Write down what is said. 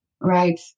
right